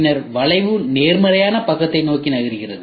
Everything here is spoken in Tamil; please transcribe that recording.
பின்னர் வளைவு நேர்மறையான பக்கத்தை நோக்கி நகர்கிறது